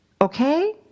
Okay